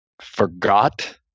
forgot